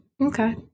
Okay